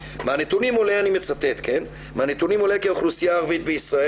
אני מצטט: "מהנתונים עולה כי האוכלוסייה הערבית בישראל